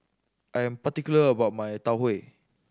I am particular about my Tau Huay